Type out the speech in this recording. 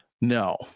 No